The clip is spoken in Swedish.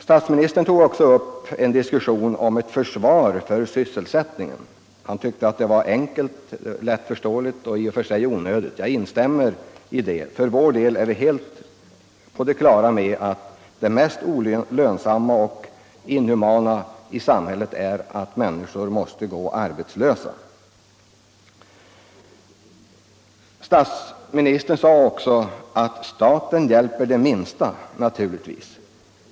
Statsministern tog också upp ett försvar för sysselsättningen. Han tyckte att det var enkelt, lättförståeligt och i och för sig onödigt. Jag instämmer i detta. För vår del är vi helt på det klara med att bland det mest olönsamma och inhumana i samhället är att människor måste gå arbetslösa. Statsministern sade att staten naturligtvis hjälper de minsta.